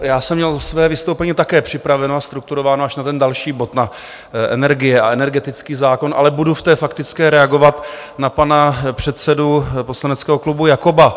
Já jsem měl své vystoupení také připraveno, strukturováno až na ten další bod, na energie a energetický zákon, ale budu v té faktické reagovat na pana předsedu poslaneckého klubu Jakoba.